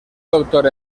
doctor